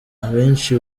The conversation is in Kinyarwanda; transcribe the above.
abenshi